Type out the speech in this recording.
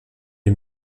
les